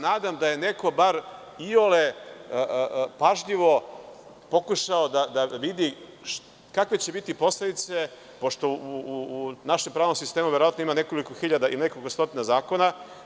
Nadam se da je neko bar iole pažljivo pokušao da vidi kakve će biti posledice pošto u našem pravnom sistemu verovatno ima nekoliko hiljada i nekoliko stotina zakona.